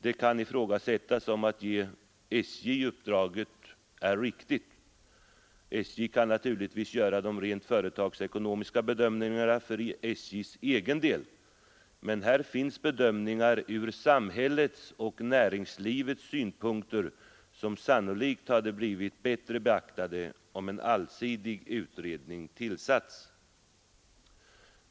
Det kan ifrågasättas om det är riktigt att ge SJ uppdraget! SJ kan naturligtvis onomiska bedömningarna för SJ:s egen del, men göra de rent företag: här finns bedömningar ur samhällets och näringslivets synpunkter som sannolikt hade blivit bättre beaktade om en allsidig utredning tillsatts.